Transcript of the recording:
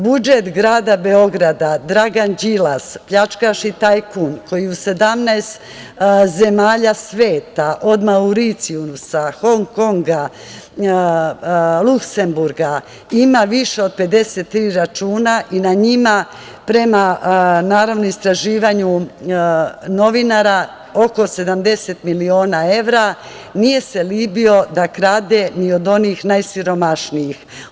Budžet grada Beograda Dragan Đilas, pljačkaš i tajkun, koji u 17 zemalja sveta, od Mauricijusa, Hong Konga, Luksemburga, ima više od 53 računa i na njima, prema istraživanju novinara, oko 70 miliona evra, nije se libio da krade ni od onih najsiromašnijih.